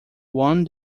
won